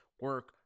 Work